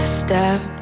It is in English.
step